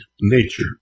nature